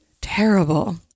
terrible